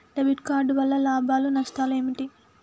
Debit card వల్ల లాభాలు నష్టాలు ఏమిటి?